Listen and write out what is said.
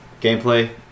Gameplay